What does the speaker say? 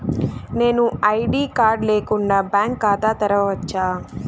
నేను ID card లేకుండా bank ఖాతా తెరవచ్చా?